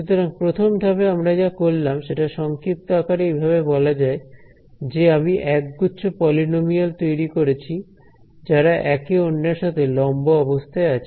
সুতরাং প্রথম ধাপে আমরা যা করলাম সেটা সংক্ষিপ্ত আকারে এভাবে বলা যায় যে আমি একগুচ্ছ পলিনোমিয়াল তৈরি করেছি যারা একে অন্যের সাথে লম্ব অবস্থায় আছে